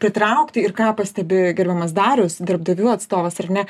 pritraukti ir ką pastebėjo gerbiamas darius darbdavių atstovas ar ne